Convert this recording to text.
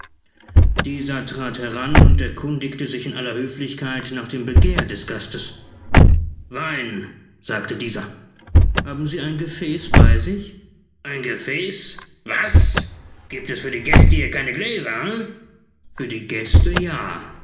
dieser trat heran und erkundigte sich in aller höflichkeit nach dem begehr des gastes wein sagte dieser haben sie ein gefäß bei sich ein gefäß was gibt es für die gäste hier keine gläser he für die gäste ja